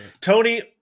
Tony